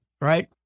right